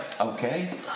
okay